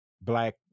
Black